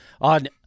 on